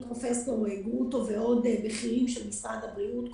עם פרופסור גרוטו ועוד בכירים של משרד הבריאות,